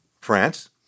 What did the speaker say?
france